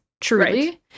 truly